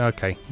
Okay